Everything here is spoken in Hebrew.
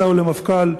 בבנימין.